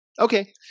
Okay